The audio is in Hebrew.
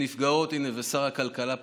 שנפגעות, הינה, שר הכלכלה פה,